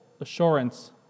assurance